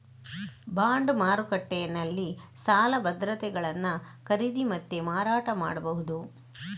bond ಮಾರುಕಟ್ಟೆನಲ್ಲಿ ಸಾಲ ಭದ್ರತೆಗಳನ್ನ ಖರೀದಿ ಮತ್ತೆ ಮಾರಾಟ ಮಾಡ್ಬಹುದು